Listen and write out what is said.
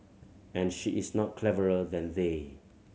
and she is not cleverer than they